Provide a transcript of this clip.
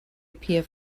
appear